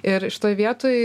ir šitoj vietoj